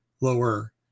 lower